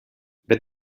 but